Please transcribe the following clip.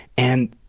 and,